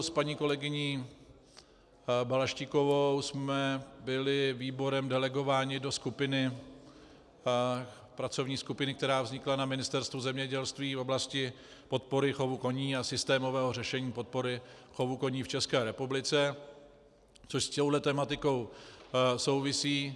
S paní kolegyní Balaštíkovou jsme byli výborem delegováni do pracovní skupiny, která vznikla na Ministerstvu zemědělství v oblasti podpory chovu koní a systémového řešení podpory chovu koní v České republice, což s touhle tematikou souvisí.